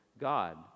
God